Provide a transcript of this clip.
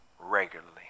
regularly